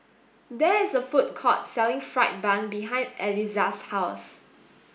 there is a food court selling fried bun behind Elizah's house